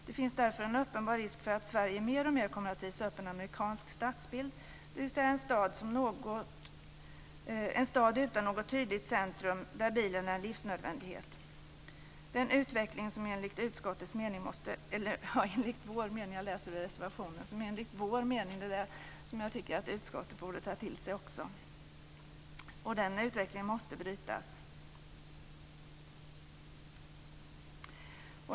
Det finns därför en uppenbar risk för att Sverige mer och mer kommer att visa upp en amerikansk stadsbild, dvs. en stad utan något tydligt centrum där bilen är en livsnödvändighet. Det är en utveckling som utskottet enligt vår mening borde ta till sig. Den utvecklingen måste brytas.